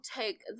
take